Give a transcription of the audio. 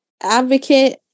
advocate